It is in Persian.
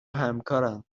همکارم